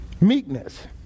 Meekness